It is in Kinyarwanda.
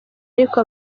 ariko